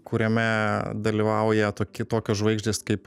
kuriame dalyvauja toki tokios žvaigždės kaip